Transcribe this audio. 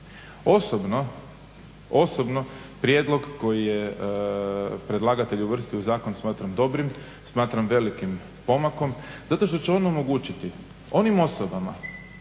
Osobno prijedlog koji je predlagatelj uvrstio u zakon smatram dobrim, smatram velikim pomakom zato što će on omogućiti onim osobama